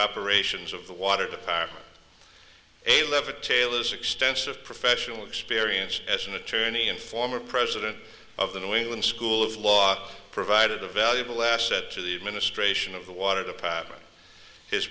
operations of the water department a lever taylor's extensive professional experience as an attorney and former president of the new england school of law provided a valuable asset to the administration of the water the pattern his